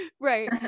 right